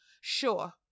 sure